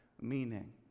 meaning